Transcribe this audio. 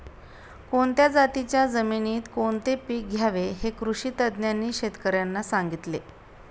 कोणत्या जातीच्या जमिनीत कोणते पीक घ्यावे हे कृषी तज्ज्ञांनी शेतकर्यांना सांगितले